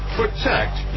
protect